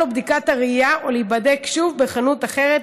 לו בדיקת הראייה או להיבדק שוב בחנות אחרת,